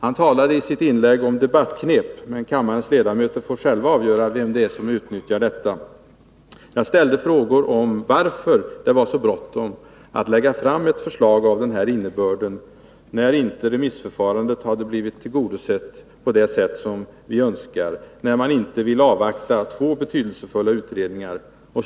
Han talade i sitt inlägg om debattknep, men kammarens ledamöter får själva avgöra vem det är som utnyttjar sådana. Jag frågade varför det var så bråttom att lägga fram ett förslag av den här innebörden när det inte remissbehandlats på det sätt som vi önskar och när man inte vill avvakta två betydelsefulla utredningar.